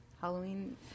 Halloween